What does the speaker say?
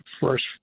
first